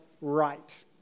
right